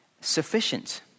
sufficient